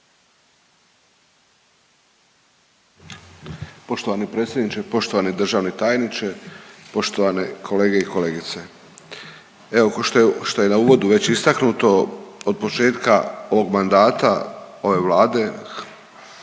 Poštovani predsjedniče, poštovani državni tajniče, poštovane kolege i kolegice. Evo košto je, košto je na uvodu već istaknuto od početka ovog mandata ove Vlade